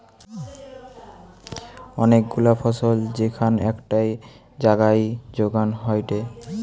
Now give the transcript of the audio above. অনেক গুলা ফসল যেখান একটাই জাগায় যোগান হয়টে